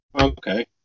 Okay